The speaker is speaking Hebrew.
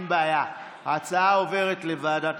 התשפ"א 2021, לוועדה